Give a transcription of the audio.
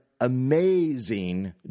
amazing